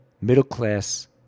middle-class